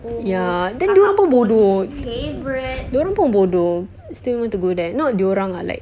ya then dia orang pun bodoh dia orang pun bodoh still want to go there not dia orang ah like